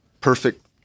perfect